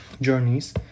journeys